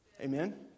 Amen